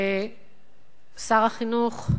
לשר החינוך,